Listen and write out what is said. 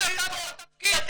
ביבי נתן לך תפקיד -- מי